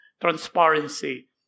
transparency